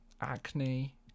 acne